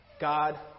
God